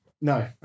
No